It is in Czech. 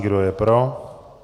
Kdo je pro?